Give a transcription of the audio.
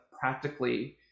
practically